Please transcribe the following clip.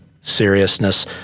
seriousness